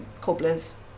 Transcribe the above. cobblers